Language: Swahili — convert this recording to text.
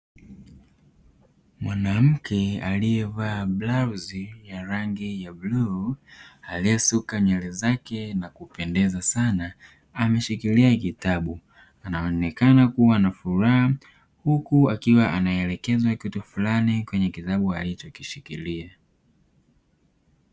Mwanamke aliyevaa blauzi ya rangi ya blue aliyesuka nywele zake na kupendeza sana ameshikilia kitabu anaonekana kuwa na furaha huku akiwa anaelekezwa kitu fulani kwenye kitabu alichokishikilia.